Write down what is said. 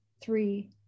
three